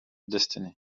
destiny